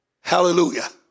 Hallelujah